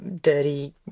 dirty